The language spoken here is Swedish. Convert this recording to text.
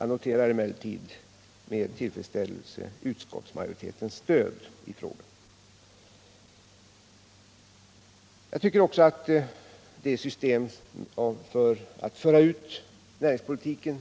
Jag noterar emellertid med tillfredsställelse utskottsmajoritetens stöd för regeringens förslag. Jag tycker också att systemet för att föra ut näringspolitiken